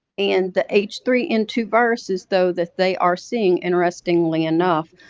and the h three n two viruses, though, that they are seeing, interestingly enough,